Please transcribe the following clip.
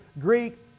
Greek